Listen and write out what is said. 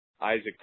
Isaac